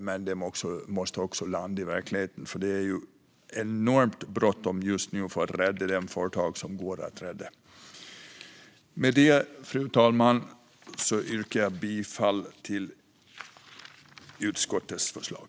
Men det måste också landa i verkligheten. Det är just nu enormt bråttom för att rädda de företag som går att rädda. Fru talman! Med det yrkar jag bifall till utskottets förslag.